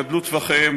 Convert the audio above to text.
גדלו טווחיהם,